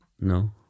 No